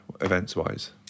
events-wise